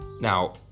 now